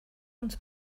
uns